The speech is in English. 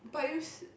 but you said